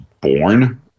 born